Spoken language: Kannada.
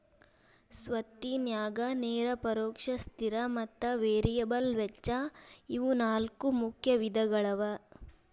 ಸ್ವತ್ತಿನ್ಯಾಗ ನೇರ ಪರೋಕ್ಷ ಸ್ಥಿರ ಮತ್ತ ವೇರಿಯಬಲ್ ವೆಚ್ಚ ಇವು ನಾಲ್ಕು ಮುಖ್ಯ ವಿಧಗಳವ